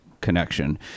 connection